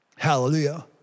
Hallelujah